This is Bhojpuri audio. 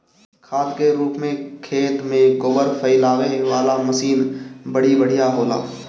खाद के रूप में खेत में गोबर फइलावे वाला मशीन बड़ी बढ़िया होला